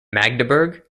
magdeburg